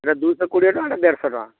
ଏଇଟା ଦୁଇଶହ କୋଡ଼ିଏ ଟଙ୍କା ଏଇଟା ଦେଢ଼ଶହ ଟଙ୍କା